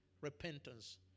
Repentance